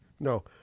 No